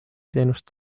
teenust